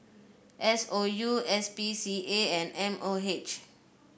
S O U S P C A and M O H